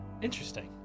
Interesting